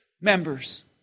members